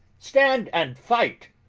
stand, and fight!